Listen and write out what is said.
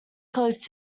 close